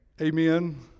Amen